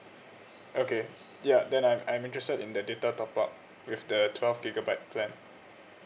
okay yup then I'm I'm interested in the data top up with the twelve gigabyte plan